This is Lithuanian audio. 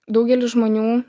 daugelis žmonių